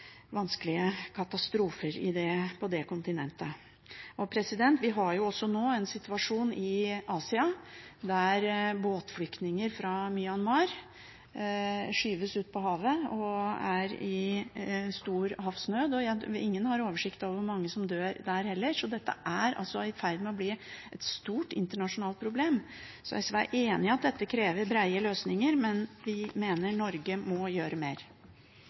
vanskelige katastrofer på det kontinentet. Vi har også nå en situasjon i Asia, der båtflyktninger fra Myanmar skyves ut på havet og er i stor havsnød. Ingen har oversikt over hvor mange som dør der heller. Dette er i ferd med å bli et stort internasjonalt problem. SV er enig i at dette krever breie løsninger, men vi mener Norge må gjøre mer.